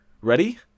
Ready